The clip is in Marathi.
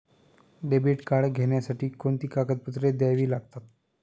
डेबिट कार्ड घेण्यासाठी कोणती कागदपत्रे द्यावी लागतात?